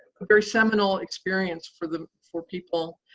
very seminal experience for the four people.